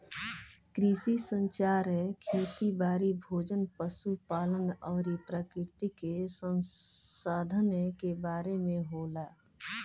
कृषि संचार खेती बारी, भोजन, पशु पालन अउरी प्राकृतिक संसधान के बारे में होला